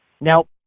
Now